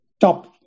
top